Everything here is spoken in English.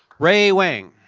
ray wang